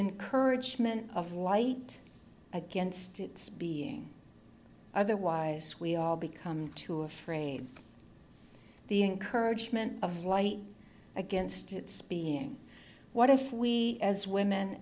encouraged men of light against its being otherwise we all become too afraid the encouraged men of light against its being what if we as women